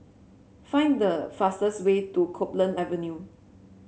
find the fastest way to Copeland Avenue